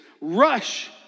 rush